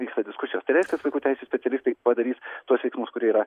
vyksta diskusijos tai reiškias vaikų teisių specialistai padarys tuos veiksmus kurie yra